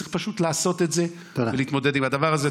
צריך פשוט לעשות את זה ולהתמודד עם הדבר הזה.